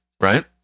right